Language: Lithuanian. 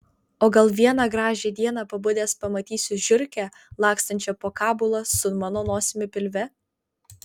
o gal vieną gražią dieną pabudęs pamatysiu žiurkę lakstančią po kabulą su mano nosimi pilve